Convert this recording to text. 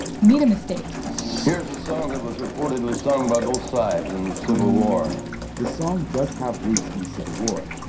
he made a mistake here's a song that was reportedly sung by both sides in the civil war the song does have roots in the civil war,